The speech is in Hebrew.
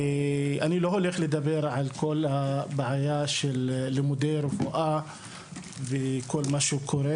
אני לא הולך לדבר על כל הבעיה של לימודי רפואה ועל כל מה שקורה.